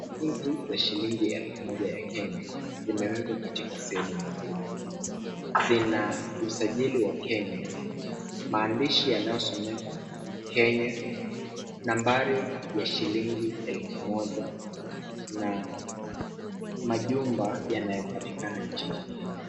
Noti hizi za shilingi elfu moja ya Kenya zimewekwa katika sehemu mliomo. Zina usajili wa Kenya, maandishi yanayosomeka Kenya na nambari ya shilingi elfu moja na majumba yanayopatikana nchini Kenya.